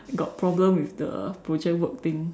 got problem with the project work thing